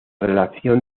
relación